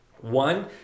one